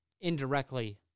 indirectly